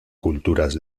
culturas